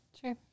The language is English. Sure